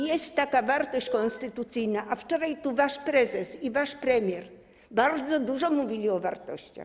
Jest taka wartość konstytucyjna, a wczoraj tu wasz prezes i wasz premier bardzo dużo mówili o wartościach.